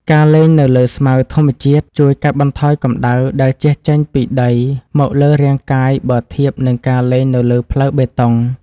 ការលេងនៅលើស្មៅធម្មជាតិជួយកាត់បន្ថយកម្តៅដែលជះចេញពីដីមកលើរាងកាយបើធៀបនឹងការលេងនៅលើផ្លូវបេតុង។